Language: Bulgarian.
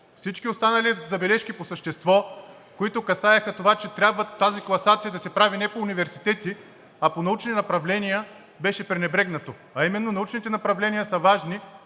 Всички останали забележки по същество, които касаеха това, че трябва тази класация да се прави не по университети, а по научни направления, беше пренебрегнато, а именно научните направления са важни